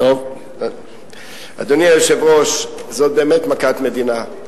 אדוני היושב-ראש, זאת באמת מכת מדינה.